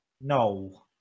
No